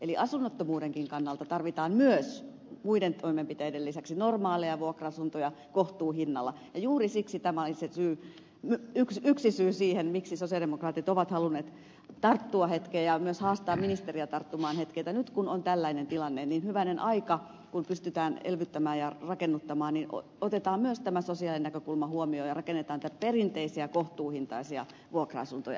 eli asunnottomuudenkin kannalta tarvitaan myös muiden toimenpiteiden lisäksi normaaleja vuokra asuntoja kohtuuhinnalla ja juuri siksi tämä oli se yksi syy siihen miksi sosialidemokraatit ovat halunneet tarttua hetkeen ja myös haastaa ministeriä tarttumaan hetkeen että nyt kun on tällainen tilanne niin hyvänen aika kun pystytään elvyttämään ja rakennuttamaan niin otetaan myös tämä sosiaalinen näkökulma huomioon ja rakennetaan näitä perinteisiä kohtuuhintaisia vuokra asuntoja ihmisille